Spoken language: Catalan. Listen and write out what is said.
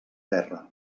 terra